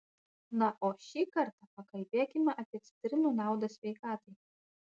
na o šį kartą pakalbėkime apie citrinų naudą sveikatai